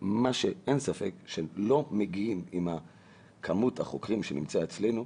אין ספק שעם כמות החוקרים שנמצאת אצלנו,